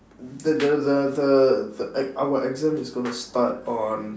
then the the the the e~ our exam is going to start on